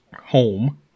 home